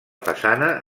façana